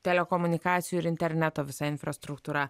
telekomunikacijų ir interneto visa infrastruktūra